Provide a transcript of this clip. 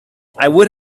would